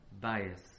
Bias